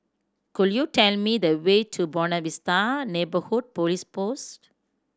could you tell me the way to Buona Vista Neighbourhood Police Post